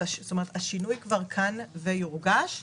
השינוי כבר כאן, הוא יורגש,